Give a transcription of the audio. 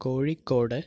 Kozhikode